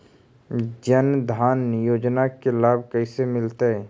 जन धान योजना के लाभ कैसे मिलतै?